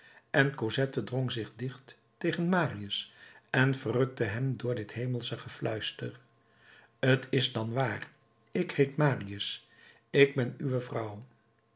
en cosette drong zich dicht tegen marius en verrukte hem door dit hemelsch gefluister t is dan waar ik heet marius ik ben uwe vrouw